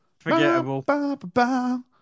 forgettable